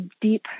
deep